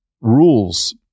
rules